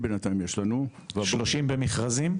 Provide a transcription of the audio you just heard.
בינתיים יש לנו 30. 30 במכרזים?